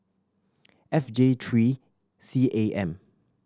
F J three C A M